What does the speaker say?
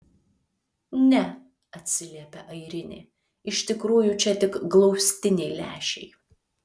ne atsiliepia airinė iš tikrųjų čia tik glaustiniai lęšiai